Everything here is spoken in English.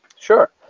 Sure